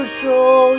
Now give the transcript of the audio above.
show